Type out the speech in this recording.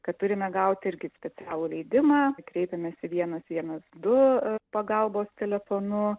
kad turime gauti irgi specialų leidimą kreipiamės į vienas vienas du pagalbos telefonu